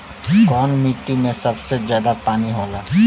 कौन मिट्टी मे सबसे ज्यादा पानी होला?